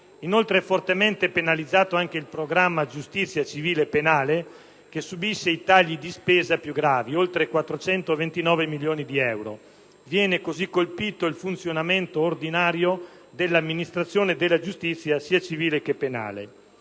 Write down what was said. «Giustizia» fortemente penalizzato appare il programma «giustizia civile e penale», che subisce i tagli di spesa più gravi (oltre i 429 milioni di euro); viene così colpito il funzionamento ordinario dell'amministrazione della giustizia. In particolare